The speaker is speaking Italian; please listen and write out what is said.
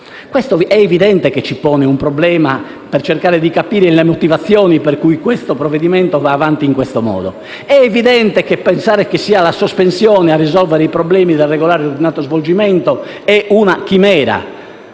Bari. È evidente che questo ci pone un problema nel tentativo di capire le motivazioni per cui il provvedimento va avanti in siffatto modo. È evidente che pensare che sia la sospensione a risolvere i problemi del regolare e ordinato svolgimento è una chimera.